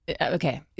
okay